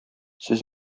сез